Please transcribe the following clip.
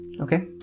okay